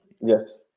Yes